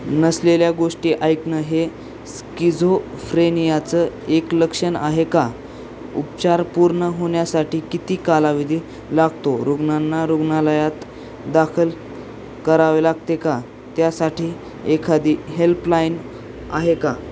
नसलेल्या गोष्टी ऐकणं हे स्कीझोफ्रेनियाचं एक लक्षण आहे का उपचार पूर्ण होण्यासाठी किती कालावधी लागतो रुग्णांना रुग्णालयात दाखल करावे लागते का त्यासाठी एखादी हेल्पलाईन आहे का